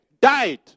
died